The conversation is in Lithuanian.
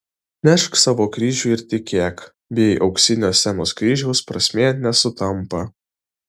nešk savo kryžių ir tikėk bei auksinio scenos kryžiaus prasmė nesutampa